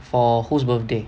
for whose birthday